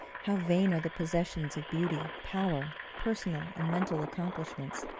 how vain are the possessions of beauty, power, personal and mental accomplishments,